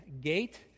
gate